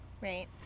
Right